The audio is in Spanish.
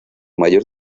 mayor